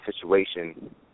situation